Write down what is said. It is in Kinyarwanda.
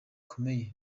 uyu